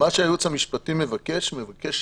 מה שהייעוץ המשפטי מבקש, הוא מבקש